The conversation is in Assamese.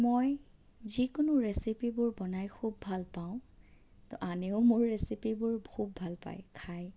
মই যিকোনো ৰেচিপিবোৰ বনাই খুব ভাল পাওঁ ত' আনেও মোৰ ৰেচিপিবোৰ সুব ভাল পায় খায়